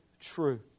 true